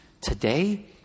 today